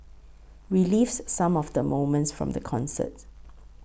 relives some of the moments from the concert